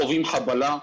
חווים חבלה,